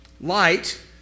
Light